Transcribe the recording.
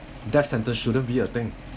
that centre shouldn't be a thing